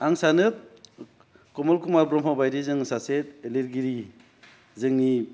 आं सानो कमल कुमार ब्रम्ह बायदि जोङो सासे लिरगिरि जोंनि